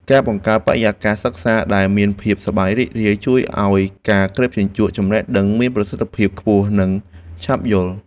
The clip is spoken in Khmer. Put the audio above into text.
ការបង្កើតបរិយាកាសសិក្សាដែលមានភាពសប្បាយរីករាយ ជួយឱ្យការក្រេបជញ្ជក់ចំណេះដឹងមានប្រសិទ្ធភាពខ្ពស់និងឆាប់យល់។